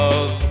Love